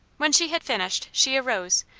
when she had finished she arose,